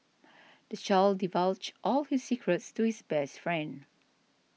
this child divulged all his secrets to his best friend